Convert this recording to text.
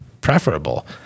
preferable